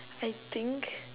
I think